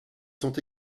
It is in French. sont